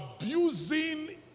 abusing